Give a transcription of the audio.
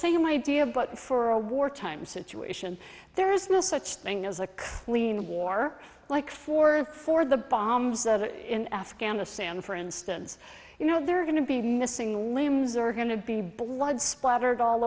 same idea but for a wartime situation there is no such thing as a clean war like for for the bombs in afghanistan for instance you know there are going to be missing limbs are going to be blood splattered all